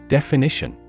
Definition